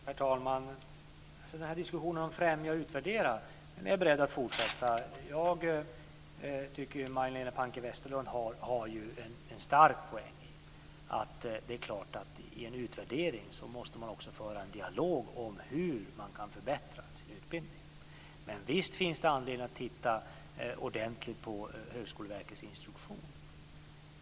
Herr talman! Jag är beredd att fortsätta diskussionen om att främja och utvärdera. Jag tycker att Majléne Westerlund Panke har en stor poäng i att man i en utvärdering måste föra en dialog om hur man kan förbättra sin utbildning. Visst finns det anledning att titta ordentligt på Högskoleverkets instruktion.